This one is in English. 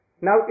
Now